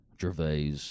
Gervais